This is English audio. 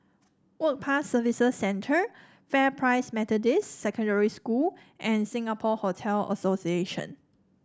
Work Pass Service Centre Methodist Secondary School and Singapore Hotel Association